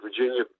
Virginia